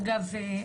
אגב,